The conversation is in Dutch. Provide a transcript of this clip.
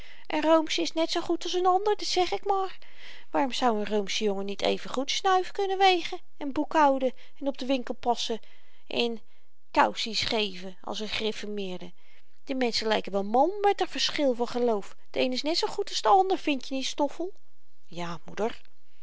n roomsche is net zoo goed als n ander dit zeg ik maar waarom zou n roomsche jongen niet even goed snuif kunnen wegen en boekhouden en op den winkel passen en koussies geven als n griffermeerde de menschen lyken wel mal met r verschil van geloof de een is net zoo goed als de ander vindje niet stoffel ja moeder